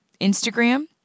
Instagram